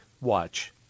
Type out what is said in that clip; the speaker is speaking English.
watch